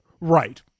Right